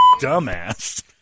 dumbass